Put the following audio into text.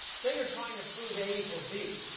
say you're trying to prove a equals b.